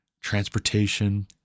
transportation